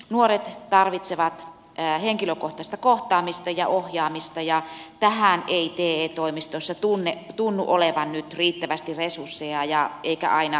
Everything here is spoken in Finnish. nuoret tarvitsevat henkilökohtaista kohtaamista ja ohjaamista ja tähän ei te toimistoissa tunnu olevan nyt riittävästi resursseja eikä aina osaamistakaan